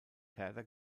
herder